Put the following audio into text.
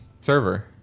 server